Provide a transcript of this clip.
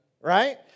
right